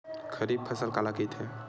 खरीफ फसल काला कहिथे?